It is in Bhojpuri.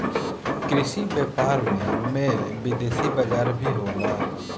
कृषि व्यापार में में विदेशी बाजार भी होला